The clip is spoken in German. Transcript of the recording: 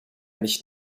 nicht